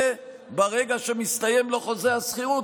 וברגע שמסתיים לו חוזה השכירות,